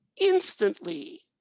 instantly